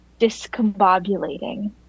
discombobulating